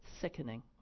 Sickening